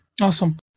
Awesome